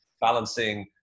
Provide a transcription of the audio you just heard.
balancing